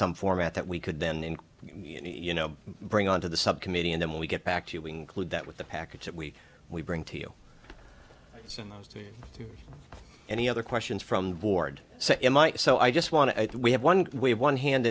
some format that we could then you know bring on to the subcommittee and then when we get back to you we include that with the package that we we bring to you so most any other questions from the board so am i so i just want to we have one we have one hand